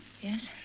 Yes